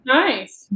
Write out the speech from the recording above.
nice